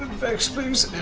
vex, please?